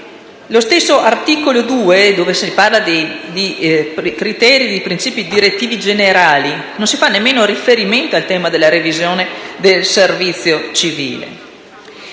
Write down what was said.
contesto. All'articolo 2, in cui si enunciano i criteri e i principi direttivi generali, non si fa nemmeno riferimento al tema della revisione del servizio civile.